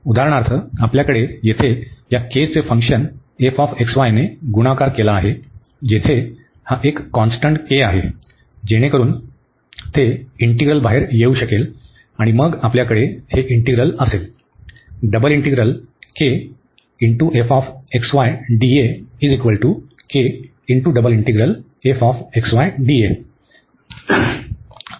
उदाहरणार्थ आपल्याकडे येथे या k चा फंक्शन ने गुणाकार केला आहे जेथे हा एक कॉन्स्टंट k आहे जेणेकरून ते इंटीग्रलबाहेर येऊ शकेल आणि मग आपल्याकडे हे इंटीग्रल असेल